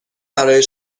برای